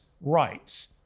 rights